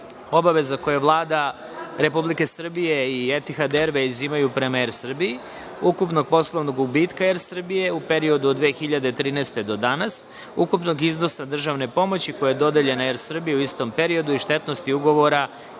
obaveza koje Vlada Republike Srbije i Etihad Ervejz imaju prema Er Srbiji, ukupnog poslovnog gubitka Er Srbije u periodu od 2013. godine do danas, ukupnog iznosa državne pomoći koja je dodeljena Er Srbiji u istom periodu i štetnosti ugovora